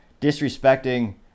disrespecting